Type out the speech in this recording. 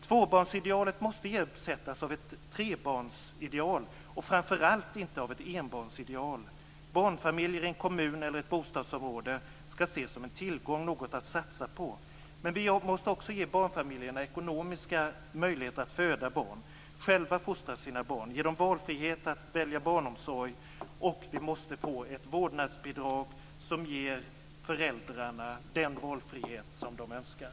Tvåbarnsidealet måste ersättas av ett trebarnsideal och framför allt inte av ett enbarnsideal! Barnfamiljer i en kommun eller ett bostadsområde skall ses som en tillgång, något att satsa på. Men vi måste också ge barnfamiljerna ekonomiska möjligheter att föda barn, själva fostra sina barn, ge dem valfrihet att själva välja barnomsorg, och vi måste få ett vårdnadsbidrag som ger föräldrarna den valfrihet de önskar.